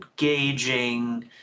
engaging